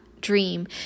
dream